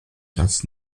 das